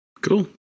cool